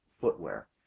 footwear